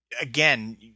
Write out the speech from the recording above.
again